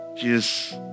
Jesus